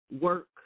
work